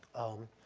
um,